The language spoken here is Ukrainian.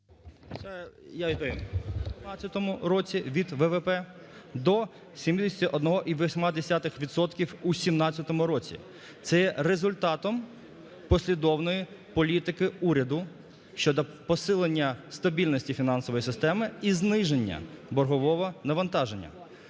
81 відсотка в 2016 році від ВВП до 71,8 відсотків у 2017 році. Це є результатом послідовної політики уряду щодо посилення стабільності фінансової системи і зниження боргового навантаження.